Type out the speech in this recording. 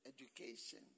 education